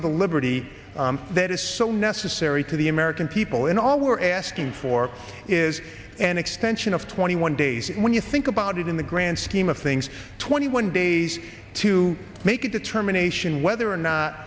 of the liberty that is so necessary to the american people and all we're asking for is an extension of twenty one days when you think about it in the grand scheme of things twenty one days to make a determination whether or not